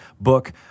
book